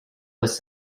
was